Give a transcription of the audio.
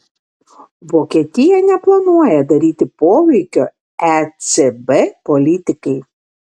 vokietija neplanuoja daryti poveikio ecb politikai